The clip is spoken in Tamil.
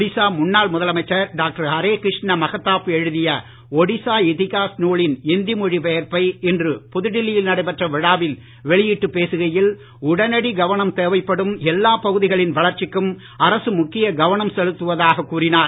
ஒடிசா முன்னாள் முதலமைச்சர் டாக்டர் ஹரேகிருஷ்ண மகதாப் எழுதிய ஒடிசா இதிகாஸ் நூலின் இந்தி மொழி பெயர்ப்பை இன்று புதுடெல்லியில் நடைபெற்ற விழாவில் வெளியிட்டு பேசுகையில் உடனடி கவனம் தேவைப்படும் எல்லாப் பகுதிகளின் வளர்ச்சிக்கும் அரசு முக்கிய கவனம் செலுத்துவதாக கூறினார்